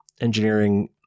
engineering